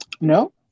No